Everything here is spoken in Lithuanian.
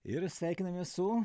ir sveikinamės su